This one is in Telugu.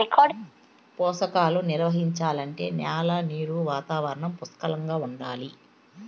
పోషకాలు నిర్వహించాలంటే న్యాల నీరు వాతావరణం పుష్కలంగా ఉండాలి